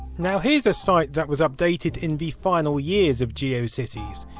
now here's a site that was updated in the final years of geocities.